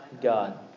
God